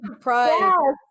pride